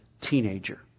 teenager